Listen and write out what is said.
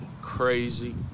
crazy